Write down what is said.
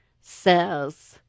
says